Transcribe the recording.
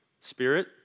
Spirit